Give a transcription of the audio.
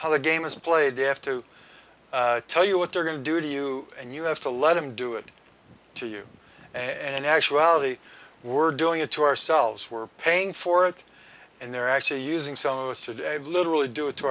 how the game is played they have to tell you what they're going to do to you and you have to let them do it to you and actuality we're doing it to ourselves we're paying for it and they're actually using some of us today literally do it to